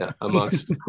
amongst